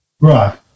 Right